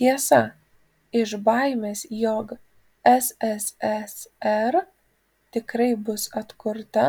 tiesa iš baimės jog sssr tikrai bus atkurta